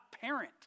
parent